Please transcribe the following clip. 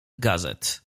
gazet